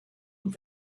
und